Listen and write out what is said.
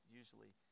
usually